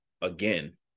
again